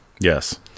Yes